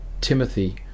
Timothy